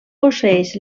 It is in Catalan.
posseeix